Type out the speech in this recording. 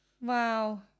Wow